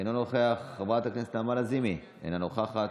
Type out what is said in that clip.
אינו נוכח,